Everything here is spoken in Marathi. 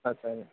अच्छा